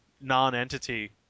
non-entity